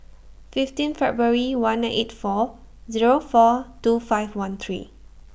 fifteen February one nine eight four Zero four two five one three